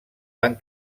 van